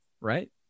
right